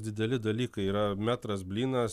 dideli dalykai yra metras blynas